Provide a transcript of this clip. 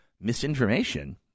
misinformation